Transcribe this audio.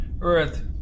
Earth